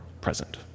present